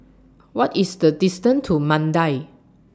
What IS The distance to Mandai